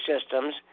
systems